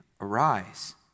Arise